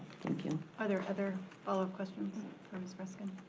thank you. are there other follow-up questions for ms. ruskin?